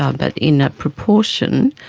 ah but in a proportion